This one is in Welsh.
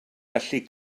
gallu